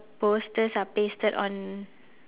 posters are pasted on